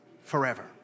forever